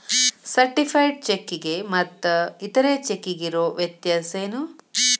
Certified ಚೆಕ್ಕಿಗೆ ಮತ್ತ್ ಇತರೆ ಚೆಕ್ಕಿಗಿರೊ ವ್ಯತ್ಯಸೇನು?